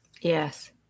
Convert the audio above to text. Yes